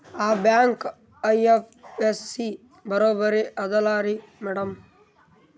ಆ bank IFSC ಬರೊಬರಿ ಅದಲಾರಿ ಮ್ಯಾಡಂ?